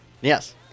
Yes